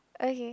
okay